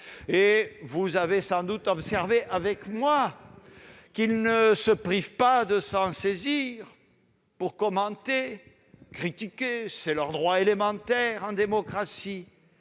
Vous avez sans doute observé comme moi qu'ils ne se privent pas de s'en saisir pour commenter et critiquer- c'est leur droit élémentaire en démocratie